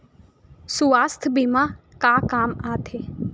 सुवास्थ बीमा का काम आ थे?